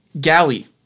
galley